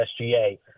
SGA